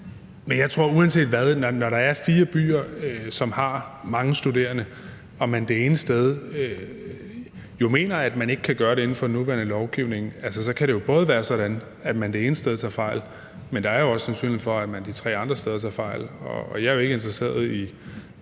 hvad tror jeg, at når der er fire byer, som har mange studerende, og man det ene sted jo mener, at man ikke kan gøre det inden for den nuværende lovgivning, så kan det jo altså både være sådan, at man det ene sted tager fejl, men også, at der er sandsynlighed for, at man de tre andre steder tager fejl. Og da jeg jo ikke er interesseret i